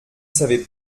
savez